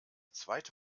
zweite